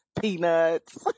peanuts